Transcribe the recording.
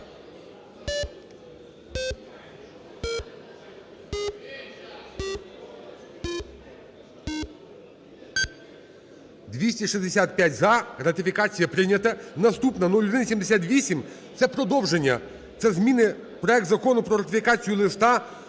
За-265 Ратифікація прийнята. Наступна 0178. Це продовження, це зміни, проект Закону про ратифікацію Листа